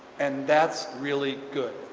and, that's really good!